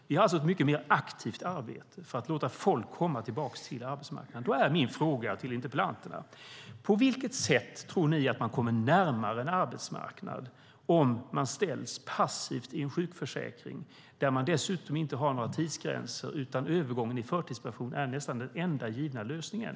Vi har alltså ett mycket mer aktivt arbete för att låta folk komma tillbaka till arbetsmarknaden. Min fråga till interpellanterna är: På vilket sätt tror ni att man kommer närmare en arbetsmarknad om man ställs passiv i en sjukförsäkring där man dessutom inte har några tidsgränser, utan övergången i förtidspension är nästan den enda givna lösningen?